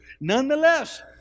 Nonetheless